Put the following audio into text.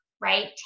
right